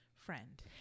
friend